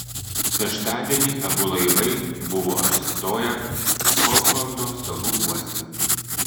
šeštadienį abu laivai buvo apsistoję folklando salų uoste